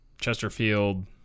Chesterfield